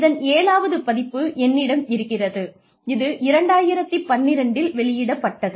இதன் ஏழாவது பதிப்பு என்னிடம் இருக்கிறது இது 2012 இல் வெளியிடப்பட்டது